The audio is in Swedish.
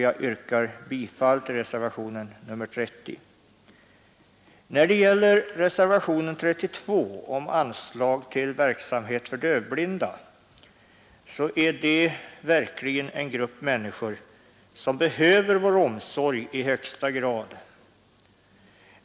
Jag yrkar bifall till reservationen 30. När det gäller reservationen 32 om anslag till verksamhet för dövblinda vill jag understryka att de verkligen är en grupp människor som behöver vår omsorg i högsta grad.